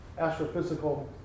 astrophysical